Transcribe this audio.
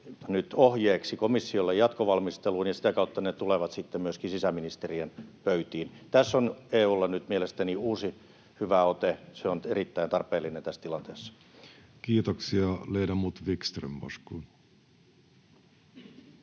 ohjeeksi komissiolle jatkovalmisteluun, ja sitä kautta ne tulevat sitten myöskin sisäministeriön pöytiin. Tässä on EU:lla nyt mielestäni uusi hyvä ote. Se on erittäin tarpeellinen tässä tilanteessa. Ledamot Wickström,